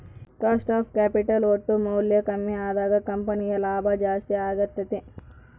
cost of capital ಒಟ್ಟು ಮೌಲ್ಯ ಕಮ್ಮಿ ಅದಾಗ ಕಂಪನಿಯ ಲಾಭ ಜಾಸ್ತಿ ಅಗತ್ಯೆತೆ